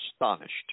astonished